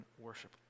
worship